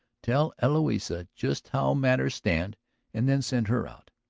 tell eloisa just how matters stand and then send her out.